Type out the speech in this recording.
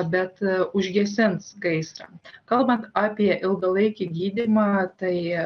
bet užgesins gaisrą kalbant apie ilgalaikį gydymą tai